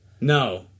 No